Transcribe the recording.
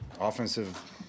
offensive